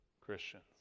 Christians